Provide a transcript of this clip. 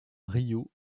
rio